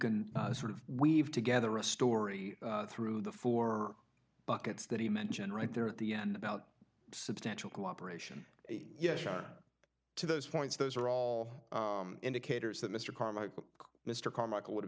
can sort of weave together a story through the four buckets that he mentioned right there at the end about substantial cooperation yes to those points those are all indicators that mr carmichael mr carmichael would